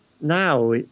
now